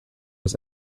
his